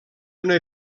una